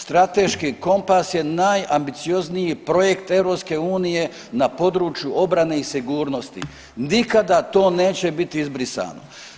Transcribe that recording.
Strateški kompas je najambiciozniji projekt EU na području obrane i sigurnosti, nikada to neće biti izbrisano.